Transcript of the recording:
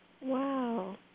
Wow